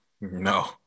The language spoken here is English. No